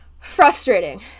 frustrating